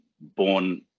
born